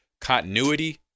continuity